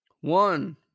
One